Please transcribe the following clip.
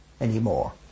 anymore